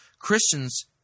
Christians